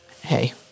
hey